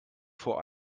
vor